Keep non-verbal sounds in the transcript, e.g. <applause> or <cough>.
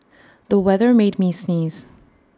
the weather made me sneeze <noise>